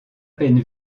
peine